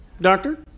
doctor